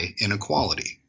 inequality